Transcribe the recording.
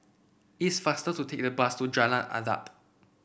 it's faster to take the bus to Jalan Adat